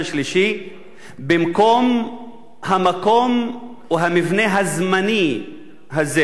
השלישי במקום המקום או המבנה הזמני הזה.